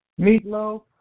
Meatloaf